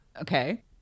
Okay